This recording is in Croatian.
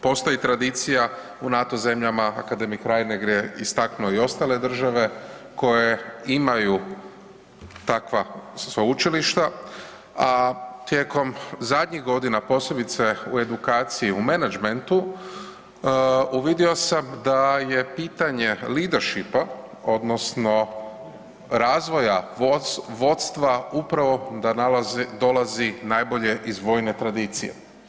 Postoji tradicija u NATO zemljama, akademik Reiner je istaknuo i ostale države koje imaju takva sveučilišta, a tijekom zadnjih godina posebice u edukaciji u menadžmentu uvidio sam da je pitanje leadershipa odnosno razvoja vodstva upravo da dolazi najbolje iz vojne tradicije.